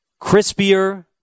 crispier